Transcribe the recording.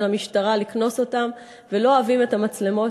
המשטרה לקנוס אותם ולא אוהבים את המצלמות.